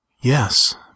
Yes